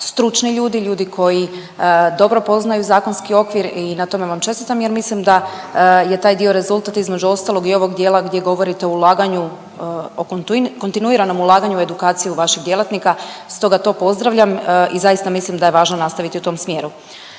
stručni ljudi, ljudi koji dobro poznaju zakonski okvir i na tome vam čestitam jer mislim da je taj dio rezultat između ostalog i ovog dijela gdje govorite o ulaganju o kontinuiranom ulaganju u edukaciju vaših djelatnika. Stoga to pozdravljam i zaista mislim da je važno nastaviti u tom smjeru.